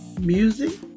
music